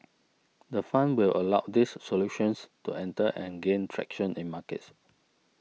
the fund will allow these solutions to enter and gain traction in markets